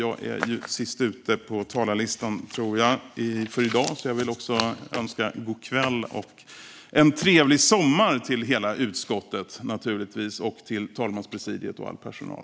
Jag är ju sist ut på talarlistan för i dag, så jag vill också önska god kväll och en trevlig sommar till hela utskottet, talmanspresidiet och all personal.